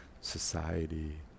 society